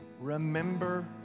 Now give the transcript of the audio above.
remember